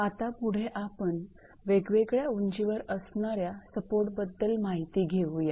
आता पुढे आपण वेगवेगळ्या उंचीवर असणाऱ्या सपोर्ट बद्दल माहिती घेऊया